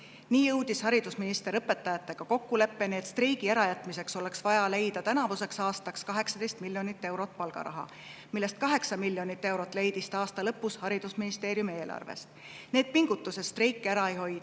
Nii jõudis haridusminister õpetajatega kokkuleppeni, et streigi ärajätmiseks oleks vaja leida tänavuseks aastaks 18 miljonit eurot palgaraha, millest 8 miljonit eurot leidis ta aasta lõpus haridusministeeriumi eelarvest. Need pingutused streiki ära ei hoidnud.